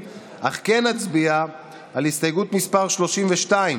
הוא לא חוק שנותן פתרון הולם לאלה שנמצאים במשבר הקשה ביותר.